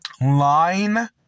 line